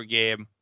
game